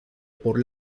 por